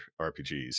RPGs